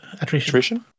Attrition